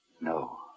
No